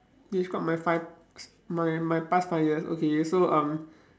describe my five my my past five years okay so um